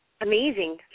amazing